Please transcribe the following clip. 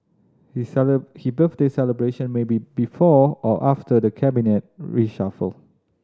he he birthday celebration may be before or after the Cabinet reshuffle